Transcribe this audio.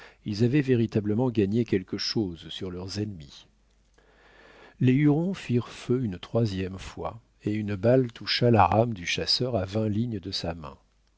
ils avaient véritablement gagné quelque chose sur leurs ennemis les hurons firent feu une troisième fois et une balle toucha la rame du chasseur à vingt lignes de sa main